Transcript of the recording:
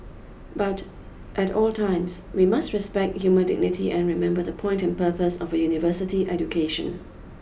but at all times we must respect human dignity and remember the point and purpose of a university education